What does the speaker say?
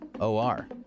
O-R